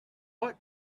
what